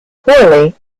poorly